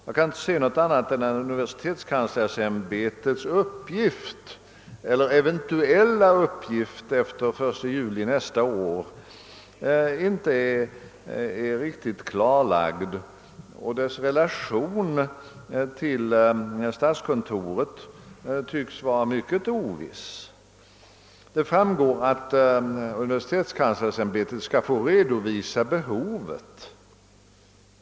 Jag kan inte se något annat än att universitetskanslersämbetets eventuella uppgift efter 1 juli nästa år inte är riktigt klarlagd, och dess relation till statskontoret tycks vara mycket oviss. Det framgår att universitetskanslersämbetet skall få redovisa behoven.